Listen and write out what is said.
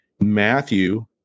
Matthew